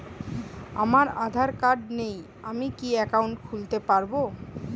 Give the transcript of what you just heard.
আমার আধার কার্ড নেই আমি কি একাউন্ট খুলতে পারব?